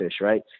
right